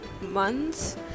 months